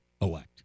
elect